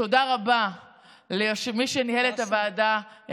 תודה רבה למי שניהל את ישיבת הוועדה,